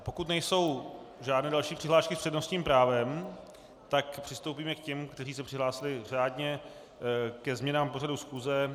Pokud nejsou žádné další přihlášky s přednostním právem, tak přistoupíme k těm, kteří se přihlásili řádně ke změnám v pořadu schůze.